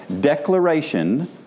declaration